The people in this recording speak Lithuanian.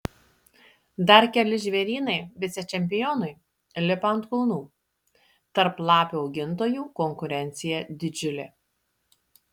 dar keli žvėrynai vicečempionui lipa ant kulnų tarp lapių augintojų konkurencija didžiulė